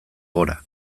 gora